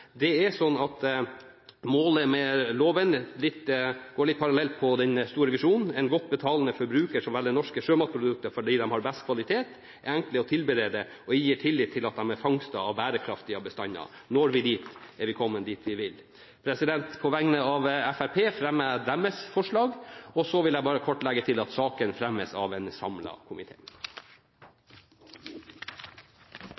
Det er sånn at målet med loven går litt parallelt med den store visjonen: en godt betalende forbruker som velger norske sjømatprodukter fordi de har best kvalitet, er enkle å tilberede og inngir tillit til at de er fangstet av bærekraftige bestander. Når vi dit, er vi kommet dit vi vil. På vegne av Fremskrittspartiet fremmer jeg deres forslag. Og så vil jeg bare kort legge til at saken fremmes av en